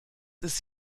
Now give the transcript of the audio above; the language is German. ist